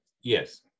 Yes